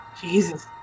Jesus